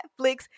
Netflix